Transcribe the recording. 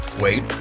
Wait